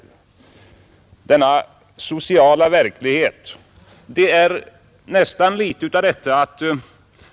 Det är verkligheten.